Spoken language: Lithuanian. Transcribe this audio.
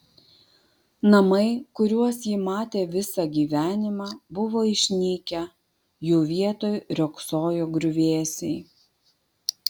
namai kuriuos ji matė visą gyvenimą buvo išnykę jų vietoj riogsojo griuvėsiai